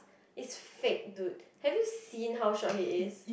is fake dude have you seen how short he is